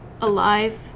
alive